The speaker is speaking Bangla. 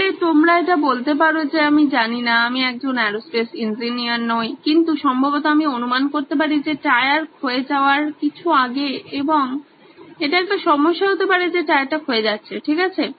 সুতরাং তোমরা এটা বলতে পারো যে আমি জানিনা আমি একজন এরোস্পেস ইঞ্জিনিয়ার নই কিন্তু সম্ভবত আমি অনুমান করতে পারি যে টায়ার ক্ষয়ে যাওয়ার কিছু আগে এবং এটা একটা সমস্যা হতে পারে যে টায়ার টা ক্ষয়ে যাচ্ছে ঠিক আছে